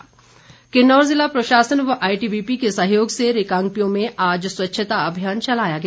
स्वच्छता किन्नौर ज़िला प्रशासन व आईटीबीपी के सहयोग से रिकांगपिओ में आज स्वच्छता अभियान चलाया गया